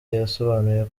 yasobanuye